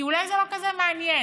כי אולי זה לא כזה מעניין.